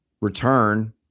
return